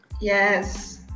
Yes